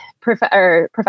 Professor